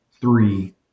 three